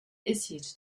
issued